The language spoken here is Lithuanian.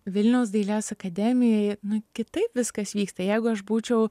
vilniaus dailės akademijoj nu kitaip viskas vyksta jeigu aš būčiau